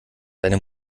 deine